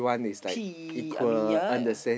P I mean ya